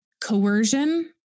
coercion